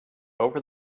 over